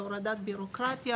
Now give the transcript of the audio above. הורדה של בירוקרטיה,